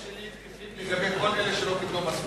הדברים שלי תקפים לגבי כל אלה שלא קיבלו משכורת.